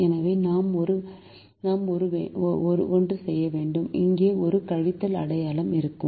எனவே நான் ஒன்று வேண்டும் இங்கே ஒரு கழித்தல் அடையாளம் இருக்கும்